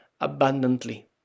abundantly